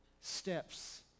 Steps